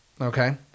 Okay